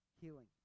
healing